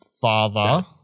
father